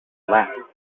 lap